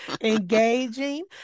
engaging